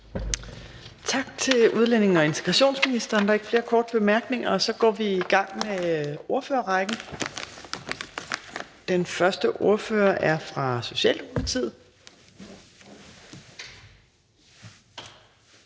Tak til udlændinge- og integrationsministeren. Der er ikke flere korte bemærkninger, og så går vi i gang med ordførerrækken. Den første ordfører er fra Socialdemokratiet.